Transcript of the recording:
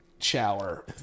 shower